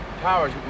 Powers